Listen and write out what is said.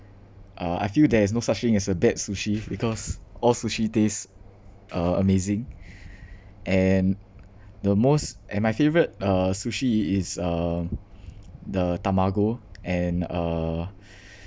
uh I feel there is no such thing as a bad sushi because all sushi tastes uh amazing and the most and my favourite uh sushi is um the tamago and uh